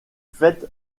faite